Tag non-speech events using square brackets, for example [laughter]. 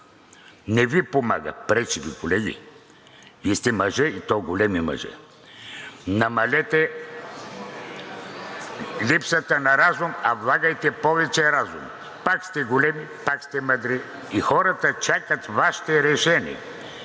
Не ви помага, пречи Ви, колеги. Вие сте мъже, и то големи мъже. [noise] Намалете липсата на разум, а влагайте повече разум. Пак сте големи, пак сте мъдри и хората чакат вашите решения.